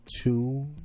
two